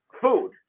food